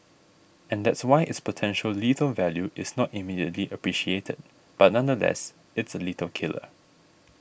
and that's why its potential lethal value is not immediately appreciated but nonetheless it's a lethal killer